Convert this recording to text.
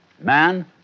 man